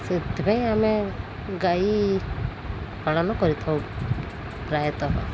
ସେଥିପାଇଁ ଆମେ ଗାଈ ପାଳନ କରିଥାଉ ପ୍ରାୟତଃ